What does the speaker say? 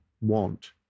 want